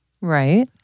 Right